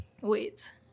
wait